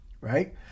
right